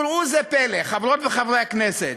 חברות וחברי הכנסת: